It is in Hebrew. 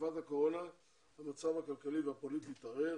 בתקופת הקורונה המצב הכלכלי והפוליטי התערער,